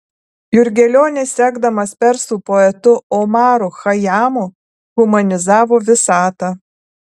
jurgelionis sekdamas persų poetu omaru chajamu humanizavo visatą